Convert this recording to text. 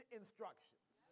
instructions